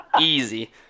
easy